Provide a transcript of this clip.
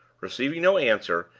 receiving no answer,